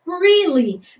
freely